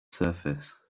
surface